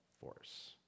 force